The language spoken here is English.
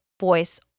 voice